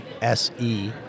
S-E